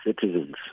citizens